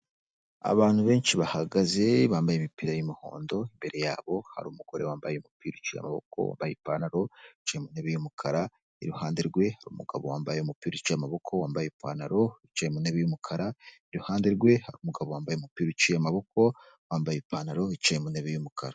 Abantu benshi bahagaze bambaye imipira y'umuhondo, imbere yabo hari umugore wambaye umupira uciye amaboko, yambaye ipantaro yicaye mu tebe y'umukara, iruhande rwe hari umugabo wambaye umupira uciye amaboko, wambaye ipantaro yicaye ku ntebe y'umukara, iruhande rwe hari umugabo wambaye umupira uciye amaboko, wambaye ipantaro, yicaye ku ntebe y'umukara.